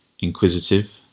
inquisitive